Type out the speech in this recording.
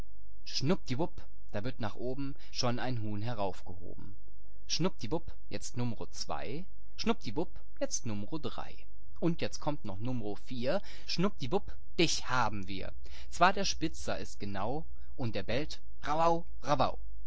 schnupdiwup da wird nach oben schon ein huhn heraufgehoben schnupdiwup jetzt numro zwei schnupdiwup jetzt numro drei und jetzt kommt noch numro vier schnupdiwup dich haben wir zwar der spitz sah es genau und er bellt